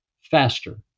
faster